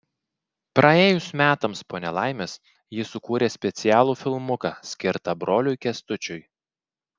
praėjus metams po nelaimės ji sukūrė specialų filmuką skirtą broliui kęstučiui